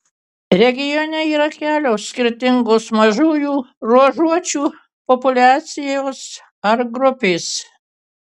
regione yra kelios skirtingos mažųjų ruožuočių populiacijos ar grupės